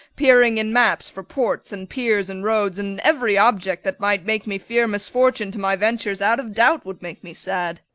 peering in maps for ports, and piers, and roads and every object that might make me fear misfortune to my ventures, out of doubt would make me sad.